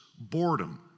boredom